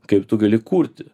kaip tu gali kurti